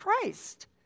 Christ